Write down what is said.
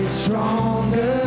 stronger